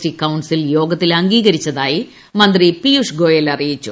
T council യോഗത്തിൽ അംഗീകരിച്ചതായി മന്ത്രി പീയൂഷ് ഗോയൽ അറിയിച്ചു